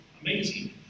amazing